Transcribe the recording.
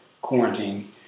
quarantine